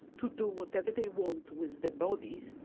to do whatever they want with their bodies,